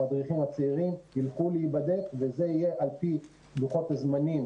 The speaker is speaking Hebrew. המדריכים הצעירים ילכו להיבדק וזה יהיה על פי לוחות הזמנים